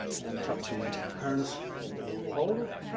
and tuck the harness into the little holder,